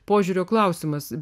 požiūrio klausimas